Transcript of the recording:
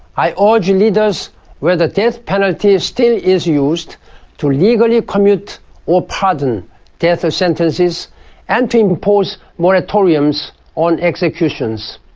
i ah urge leaders where the death penalty still is used to legally commute or pardon death sentences and to impose moratoriums on executions.